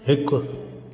हिकु